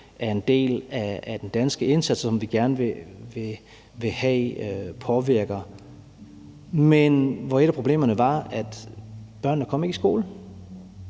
er en del af den danske indsats, og som vi gerne vil have påvirker, men hvor et af problemerne var, at børnene ikke kom i skole.